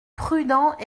prudent